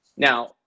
Now